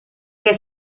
que